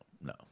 no